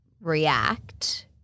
react